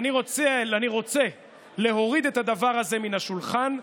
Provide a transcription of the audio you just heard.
אני רוצה להוריד את הדבר הזה מן השולחן.